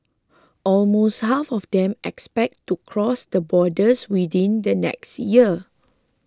almost half of them expect to cross the borders within the next year